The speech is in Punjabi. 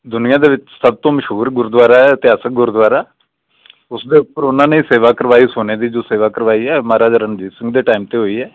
ਦੁਨੀਆਂ ਦੇ ਵਿੱਚ ਸਭ ਤੋਂ ਮਸ਼ਹੂਰ ਗੁਰਦੁਆਰਾ ਹੈ ਇਤਿਹਾਸਿਕ ਗੁਰਦੁਆਰਾ ਉਸ ਦੇ ਉੱਪਰ ਉਹਨਾਂ ਨੇ ਸੇਵਾ ਕਰਵਾਈ ਸੋਨੇ ਦੀ ਜੋ ਸੇਵਾ ਕਰਵਾਈ ਹੈ ਮਹਾਰਾਜਾ ਰਣਜੀਤ ਸਿੰਘ ਦੇ ਟਾਈਮ 'ਤੇ ਹੋਈ ਹੈ